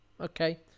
Okay